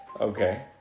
Okay